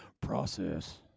process